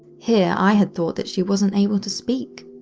here i had thought that she wasn't able to speak.